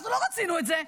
אנחנו לא רצינו את זה.